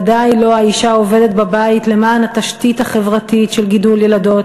ודאי לא האישה העובדת בבית למען התשתית החברתית של גידול ילדות,